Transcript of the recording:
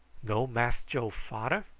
no mass joe fader?